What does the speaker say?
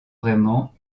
vraiment